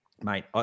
mate